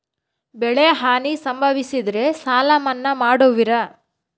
ಬೆಳೆಹಾನಿ ಸಂಭವಿಸಿದರೆ ಸಾಲ ಮನ್ನಾ ಮಾಡುವಿರ?